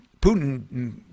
Putin